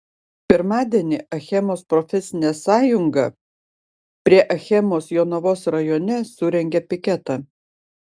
pirmadienį achemos profesinė sąjunga prie achemos jonavos rajone surengė piketą